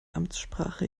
amtssprache